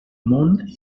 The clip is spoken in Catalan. món